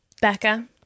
Becca